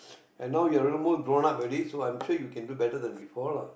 and now you're a little more grown up already so I'm sure you can do better than before lah